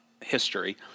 history